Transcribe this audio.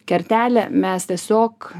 kertelę mes tiesiog